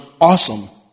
awesome